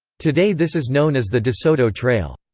today this is known as the de soto trail.